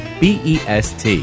best